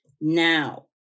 now